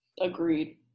agreed